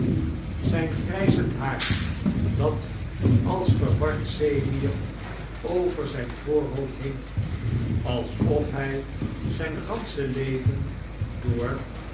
zijn grijzend haair dat als verward zeewier over zijn voorhoofd hing alsof hij zijn gaasehe leven door